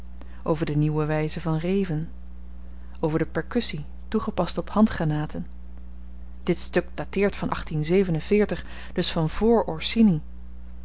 over de nieuwe wyze van reven over de perkussie toegepast op handgranaten dit stuk dateert van dus van vr